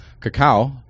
cacao